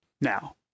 Now